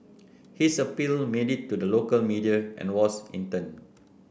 his appeal made it to the local media and was in turn